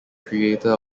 creator